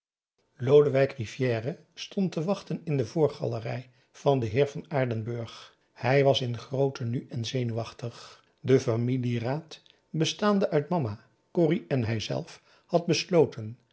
lodewijk rivière stond te wachten in de voorgalerij van den heer van aardenburg hij was in groot tenue en zenuwachtig de familieraad bestaande uit mama corrie en hijzelf had besloten